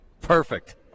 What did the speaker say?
Perfect